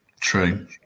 true